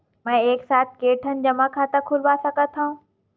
मैं एक साथ के ठन जमा खाता खुलवाय सकथव?